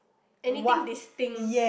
anything distinct